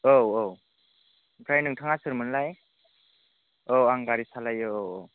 औ औ ओमफ्राय नोंथाङा सोरमोनलाय औ आं गारि सालायो औ औ